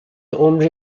عمری